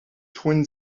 twin